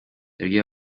yabwiye